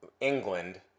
England